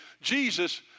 Jesus